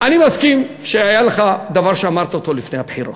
אני מסכים שהיה לך דבר שאמרת לפני הבחירות.